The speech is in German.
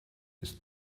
ist